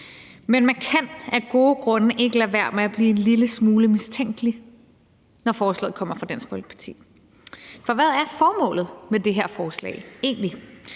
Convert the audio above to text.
Men man kan af gode grunde ikke lade være med at blive en lille smule mistænksom, når forslaget kommer fra Dansk Folkeparti. For hvad er formålet med det her forslag egentlig?